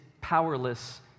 powerless